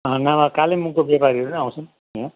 नभए कालिम्पोङको व्यापारीहरू पनि आउँछन् यहाँ